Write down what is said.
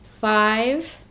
five